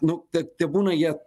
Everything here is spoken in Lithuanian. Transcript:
nu te tebūna jie